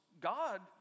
God